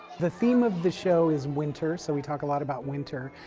the theme of the show is winter so we talk a lot about winter,